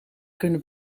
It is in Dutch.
kunnen